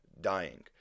dying